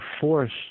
force